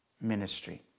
Ministry